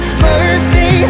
mercy